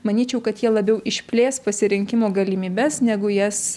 manyčiau kad jie labiau išplės pasirinkimo galimybes negu jas